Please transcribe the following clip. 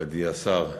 מכובדי השר,